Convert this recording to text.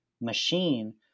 machine